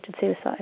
suicide